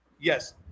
Yes